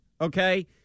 okay